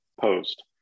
post